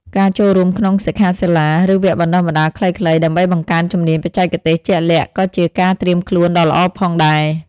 ការចូលរួមក្នុងសិក្ខាសាលា ឬវគ្គបណ្តុះបណ្តាលខ្លីៗ ដើម្បីបង្កើនជំនាញបច្ចេកទេសជាក់លាក់ ក៏ជាការត្រៀមខ្លួនដ៏ល្អផងដែរ។